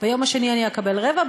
ביום השני אני אקבל רבע,